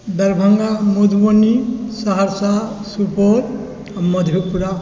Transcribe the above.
दरभङ्गा मधुबनी सहरसा सुपौल आओर मधेपुरा